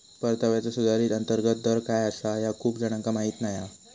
परताव्याचा सुधारित अंतर्गत दर काय आसा ह्या खूप जणांका माहीत नाय हा